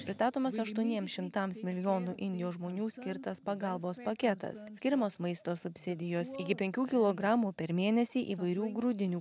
pristatomas aštuoniems šimtams milijonų indijos žmonių skirtas pagalbos paketas skiriamos maisto subsidijos iki penkių kilogramų per mėnesį įvairių grūdinių